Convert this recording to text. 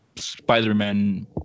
Spider-Man